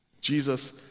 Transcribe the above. Jesus